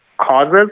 causes